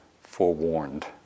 forewarned